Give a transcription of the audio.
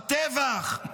הטבח,